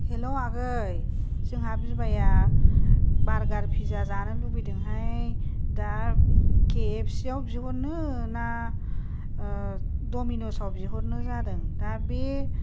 हेल' आगै जोंहा बिबाया बारगार फिदजा जानो लुगैदोंहाय दा के एफ सि याव बिहरनो ना डमिनसाव बिहरनो जादों दा बे